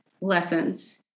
lessons